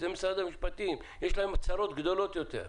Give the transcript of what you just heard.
זה משרד המשפטים, יש להם צרות גדולות יותר,